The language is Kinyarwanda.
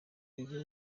biro